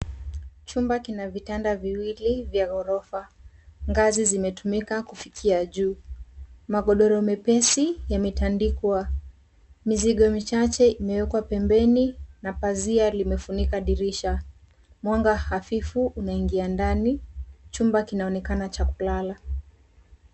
Chumba kina vitanda viwili vya ghorofa. Ngazi zimetumika kufikia juu. Magodoro mepesi yametandikwa. Mizigo michache imewekwa pembeni na pazia limefunika dirisha. Mwanga afifu unaingia ndani. Chumba kinaonekana cha kulala.